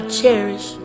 cherish